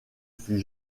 fut